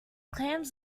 clams